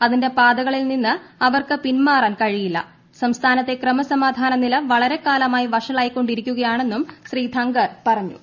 അതിന്റെ പാതകളിൽ നിന്ന് അവർക്ക് പിന്മാറാൻ കഴിയില്ല സംസ്ഥാനത്തെ ക്രമസമാധാനനില വളരെക്കാലമായി വഷളായിക്കൊണ്ടിരിക്കുകയ്ാണെന്നും ശ്രീ ധങ്കർ പറഞ്ഞു